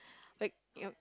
wait